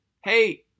hey